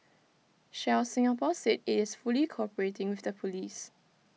Shell Singapore said IT is fully cooperating with the Police